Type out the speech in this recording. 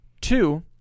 Two